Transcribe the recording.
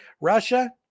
Russia